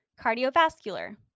cardiovascular